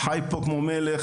חי פה כמו מלך